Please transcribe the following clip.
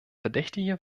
verdächtige